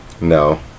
No